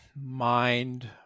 mind